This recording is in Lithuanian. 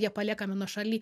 jie paliekami nuošaly